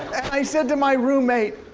i said to my roommate,